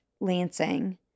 Lansing